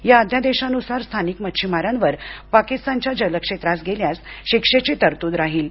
या अध्यादेशानुसार स्थानिक मछीमारांवर पाकिस्तानच्या जलक्षेत्रात गेल्यास शिक्षेची तरतूद राहील